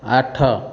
ଆଠ